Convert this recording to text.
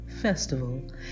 festival